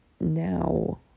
now